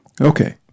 Okay